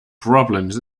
problems